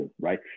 right